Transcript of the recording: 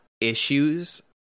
issues